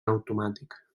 automàtic